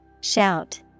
shout